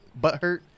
butthurt